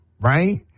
right